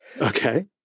Okay